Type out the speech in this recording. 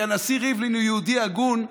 כי הנשיא ריבלין הוא יהודי הגון,